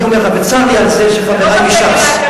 וצר לי על זה שחברי מש"ס,